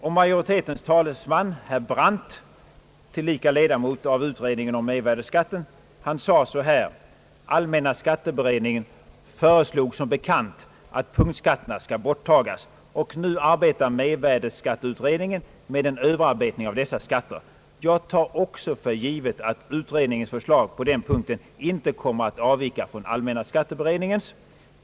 Och majoritetens talesman, herr Brandt, tillika ledamot av utredningen om mervärdeskatten sade: »Allmänna skatteberedningen föreslog som bekant att punktskatterna skall borttagas, och nu arbetar mervärdeskatteutredningen med en överarbetning av dessa skatter. Jag tar också för givet att utredningens förslag på den punkten inte kommer att avvika från allmänna skatteberedningens.